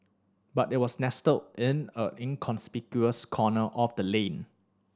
but it was nestled in a inconspicuous corner of the lane